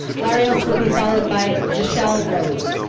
larios will be followed by michelle rose.